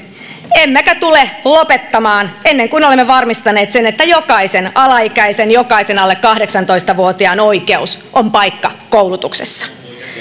emmekä tule lopettamaan ennen kuin olemme varmistaneet sen että jokaisen alaikäisen jokaisen alle kahdeksantoista vuotiaan oikeutena on paikka koulutuksessa